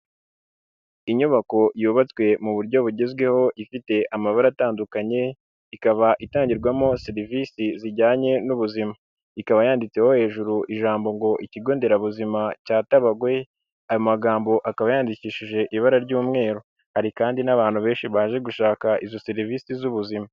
Inyubako yubatswe mu buryo bugezweho ifite amabara atandukanye, ikaba itangirwamo serivisi zijyanye n'ubuzima, ikaba yanditseho hejuru ijambo ngo ikigo nderabuzima cya Tabagwe, ayo magambo akaba yandikishije ibara ry'umweru. Hari kandi n'abantu benshi baje gushaka izo serivisi z'ubuzima.